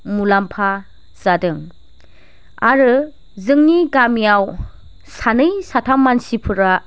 मुलाम्फा जादों आरो जोंनि गामियाव सानै साथाम मानसिफोरा